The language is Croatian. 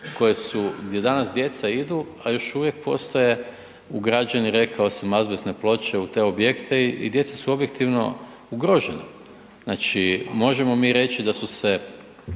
koje su gdje danas djeca idu, a još uvijek postoje ugrađene azbestne ploče u te objekte i djeca su objektivno ugrožena. Znači možemo mi reći da su